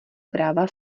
práva